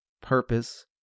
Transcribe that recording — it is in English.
purpose